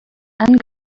and